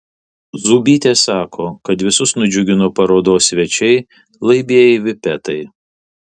zūbytė sako kad visus nudžiugino parodos svečiai laibieji vipetai